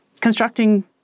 constructing